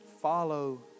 follow